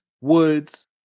Woods